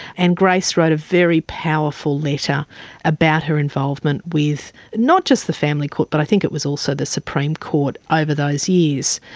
and grace wrote a very powerful letter about her involvement with not just the family court but i think it was also the supreme court over those years.